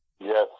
Yes